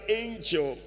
angel